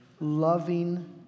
loving